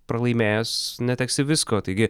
pralaimėjęs neteksi visko taigi